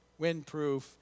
windproof